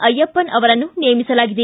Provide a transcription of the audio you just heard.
ಅಯ್ಯಪ್ಪನ್ ಅವರನ್ನು ನೇಮಿಸಲಾಗಿದೆ